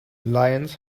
lions